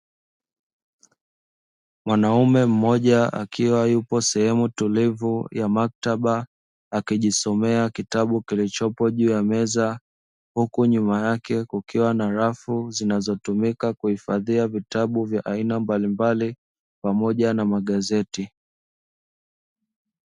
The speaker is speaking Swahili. Mwanaume mmoja akiwa yupo sehemu tulivu ya maktaba, akijisomea kitabu kilichopo juu ya meza huku nyuma yake kukiwa na rafu, zinazotumika kuhifadhia vitabu vya aina mbalimbali pamoja na magazeti.